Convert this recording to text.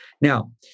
Now